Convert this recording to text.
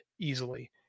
easily